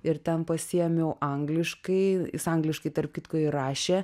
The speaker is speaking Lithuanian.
ir ten pasiėmiau angliškai jis angliškai tarp kitko ir rašė